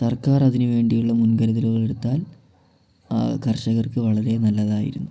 സർക്കാർ അതിന് വേണ്ടി ഉള്ള മുൻകരുതലുകൾ എടുത്താൽ ആ കർഷകർക്ക് വളരെ നല്ലതായിരുന്നു